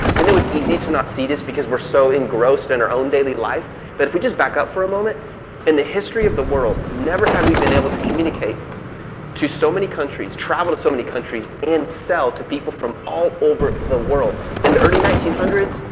i know it's easy to not see this because we're so engrossed in our own daily life but if we just back up for a moment and the history of the world never have we been able to communicate to so many countries, travel to so many countries and sell to people from all over the world in the early one thousand nine hundred so